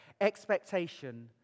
expectation